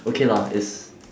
okay lah is